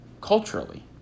culturally